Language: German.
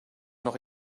noch